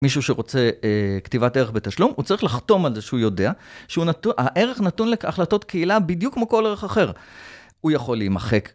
מישהו שרוצה כתיבת ערך בשלום, הוא צריך לחתום על זה שהוא יודע, שהערך נתון להחלטות קהילה בדיוק כמו כל ערך אחר. הוא יכול להימחק.